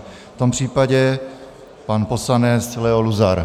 V tom případě pan poslanec Leo Luzar.